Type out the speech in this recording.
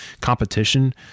competition